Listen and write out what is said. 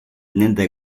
nende